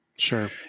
Sure